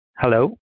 Hello